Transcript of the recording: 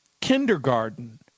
kindergarten